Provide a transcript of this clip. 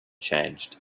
changed